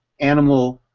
animal,